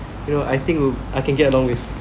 you know I think I can get along with